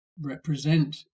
represent